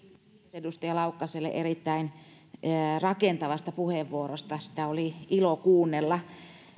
edustaja laukkaselle erittäin rakentavasta puheenvuorosta sitä oli ilo kuunnella